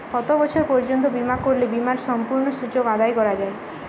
কত বছর পর্যন্ত বিমা করলে বিমার সম্পূর্ণ সুযোগ আদায় করা য়ায়?